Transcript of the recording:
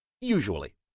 Usually